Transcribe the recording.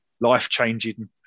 life-changing